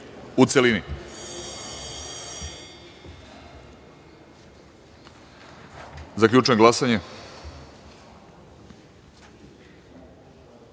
u celini. Zaključujem glasanje: